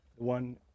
one